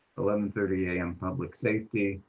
eleven thirty a m, public safety.